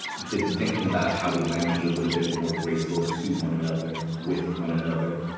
been thinking about how we might be a little bit more graceful to one another, with one another,